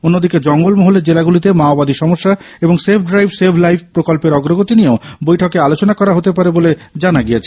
অন্যদিকে জঙ্গলমহলের জেলাগুলিতে মাওবাদী সমস্যা এবং সেফ ড্রাইভ সেভ লাইফ প্রকল্পের অগ্রগতি নিয়েও বৈঠকে আলোচনা করা হতে পারে বলে জানা গিয়েছে